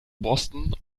boston